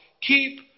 keep